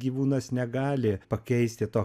gyvūnas negali pakeisti to